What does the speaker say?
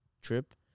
trip